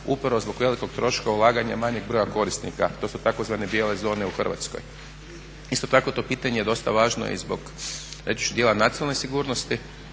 upravo zbog velikog troška ulaganja manjeg broja korisnika. To su tzv. bijele zone u Hrvatskoj. Isto tako to pitanje je dosta važno i zbog reći ću dijela nacionalne sigurnosti